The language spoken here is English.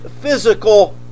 physical